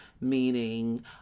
meaning